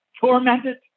tormented